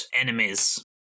enemies